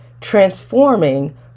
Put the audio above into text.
transforming